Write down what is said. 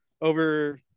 over